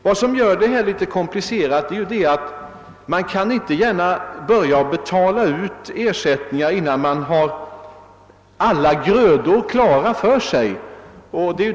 Vad som gör dessa frågor så komplicerade är att man inte gärna kan börja betala ut ersättningar innan alla grödor är bärgade.